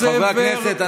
חברי הכנסת,